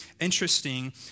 interesting